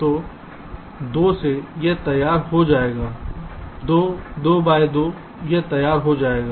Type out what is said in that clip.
तो 2 से यह तैयार हो जाएगा 2 भाई 3 यह तैयार हो जाएगा